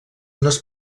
unes